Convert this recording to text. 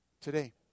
today